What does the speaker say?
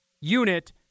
unit